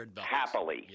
happily